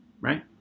Right